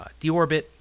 deorbit